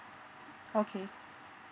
okay